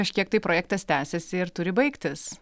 kažkiek tai projektas tęsiasi ir turi baigtis